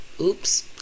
Oops